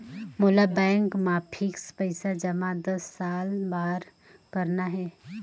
मोला बैंक मा फिक्स्ड पइसा जमा दस साल बार करना हे?